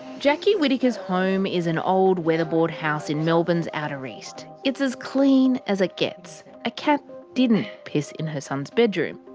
jacki whittaker's home is an old weatherboard house in melbourne's outer east. it's as clean as it gets. a cat didn't piss in her son's bedroom.